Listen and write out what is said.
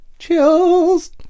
chills